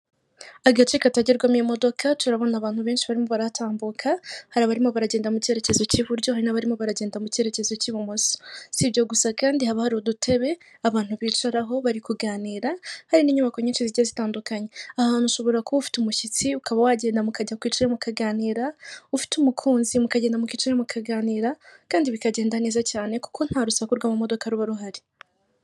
Agace katagerwamo imodoka turabona abantu benshi baratambuka hari abarimo baragenda mu cyerekezo cy'iburyo hari n'abarimo baragenda mu cyerekezo cy'ibumoso .S'ibyo gusa kandi haba hari udutebe abantu bicararaho bari kuganira hari n'inyubako nyinshi zigiye zitandukanye .Ahantu ushobora kuba ufite umushyitsi ukaba wagenda mukajya kwicara mukaganira, ufite umukunzi mukagenda mukicarayo mukaganira kandi bikagenda neza cyane kuko nta rusaku rwama modoka ruba ruhari.